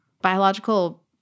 biological